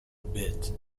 bit